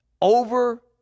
over